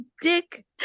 dick